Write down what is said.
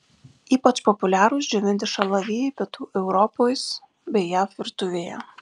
ypač populiarūs džiovinti šalavijai pietų europos bei jav virtuvėje